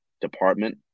department